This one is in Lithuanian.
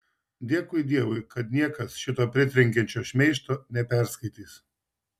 dėkui dievui kad niekas šito pritrenkiančio šmeižto neperskaitys